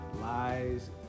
lies